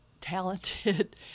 talented